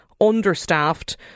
understaffed